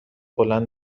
بلند